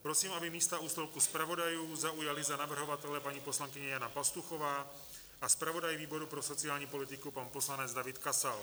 Prosím, aby místa u stolku zpravodajů zaujali za navrhovatele paní poslankyně Jana Pastuchová a zpravodaj výboru pro sociální politiku, pan poslanec David Kasal.